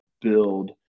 build